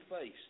face